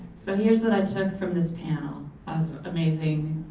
so here's what i took from this panel of amazing,